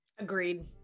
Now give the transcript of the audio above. Agreed